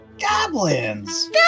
Goblins